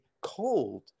cold